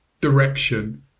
direction